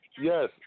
yes